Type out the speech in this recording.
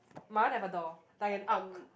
my one have a door like an arc